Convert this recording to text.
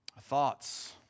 Thoughts